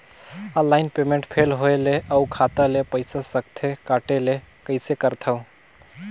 Online payment fail होय ले अउ खाता ले पईसा सकथे कटे ले कइसे करथव?